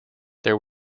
there